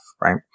right